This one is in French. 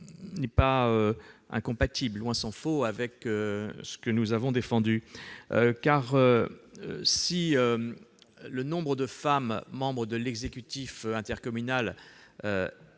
n'est pas incompatible, tant s'en faut, avec ce que nous avons défendu précédemment. Car si le nombre de femmes membres de l'exécutif intercommunal